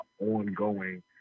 ongoing